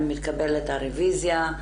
האם לקבל את הרביזיה,